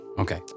Okay